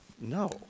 No